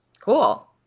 cool